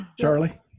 Charlie